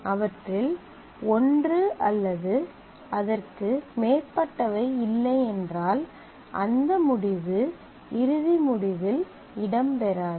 அவற்றில் ஒன்று அல்லது அதற்கு மேற்பட்டவை இல்லை என்றால் அந்த முடிவு இறுதி முடிவில் இடம்பெறாது